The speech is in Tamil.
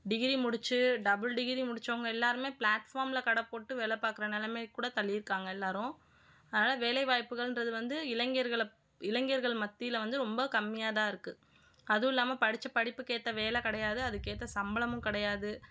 டிகிரி முடித்து டபுள் டிகிரி முடிச்சவங்கள் எல்லாருமே ஃபிளாட்ஃபார்ம்ல கடைபோட்டு வேலை பார்க்கற நிலைமைக்கூட தள்ளியிருக்காங்க எல்லாரும் அதனால் வேலை வாய்ப்புகள்ன்றது வந்து இளைஞர்களை இளைஞர்கள் மத்தியில் வந்து ரொம்ப கம்மியாகதான் இருக்குது அதுவும் இல்லாமல் படித்த படிப்புக்கேற்ற வேலை கிடையாது அதுகேற்ற சம்பளமும் கிடையாது